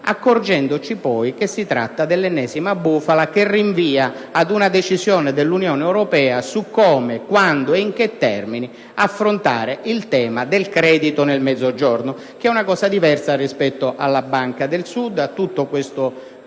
accorgerci poi che si tratta dell'ennesima bufala che rinvia ad una decisione dell'Unione europea su come, quando e in che termini affrontare il tema del credito nel Mezzogiorno, cosa diversa dalla Banca del Sud e da tutto questo